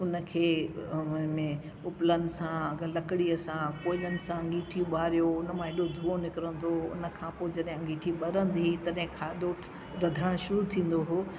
उनखे उनमें उपलनि सां लकड़ीअ सां कोएलनि सां अंगिठियूं बारियूं उन मां हेॾो धुओ निकिरींदो उनखां पोइ जॾहिं अंगिठी बरंदी तॾहिं खाधो रधण शुरू थींदो हो